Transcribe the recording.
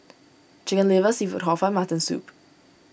Chicken Liver Seafood Hor Fun and Mutton Soup